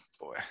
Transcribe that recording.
boy